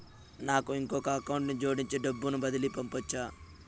నాకు ఇంకొక అకౌంట్ ని జోడించి డబ్బును బదిలీ పంపొచ్చా?